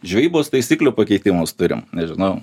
žvejybos taisyklių pakeitimus turim nežinau